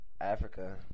Africa